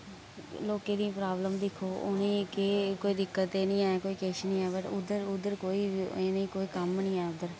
लोकें दी प्राब्लम दिक्खो उ'ने केह् कोई दिक्कत ते निं ऐ कोई किश निं ऐ पर उध्दर उध्दर कोई इ'नें कोई कम्म निं ऐ उध्दर